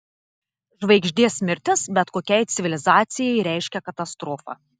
žvaigždės mirtis bet kokiai civilizacijai reiškia katastrofą